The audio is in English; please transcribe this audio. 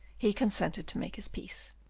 he consented to make his peace.